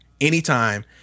anytime